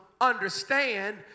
understand